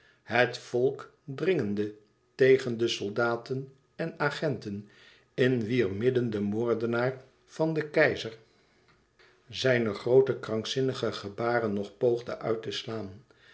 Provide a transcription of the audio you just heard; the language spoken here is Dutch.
het volk dringende tegen de soldaten en agenten in wier midden de moordenaar van den keizer zijne groote krankzinnige gebaren nog poogde uit te slaan